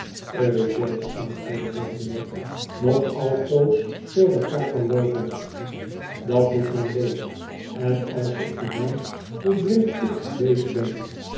eugène eugène antwoordde mortimer nog altoos door de kamer loopend dat doet mij leed en als ik bedenk hoe blind ik geweest ben